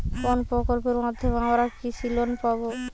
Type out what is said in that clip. কোন প্রকল্পের মাধ্যমে আমরা কৃষি লোন পাবো?